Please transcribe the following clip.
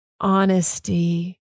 honesty